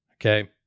okay